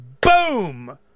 Boom